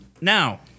now